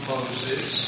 Moses